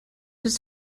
was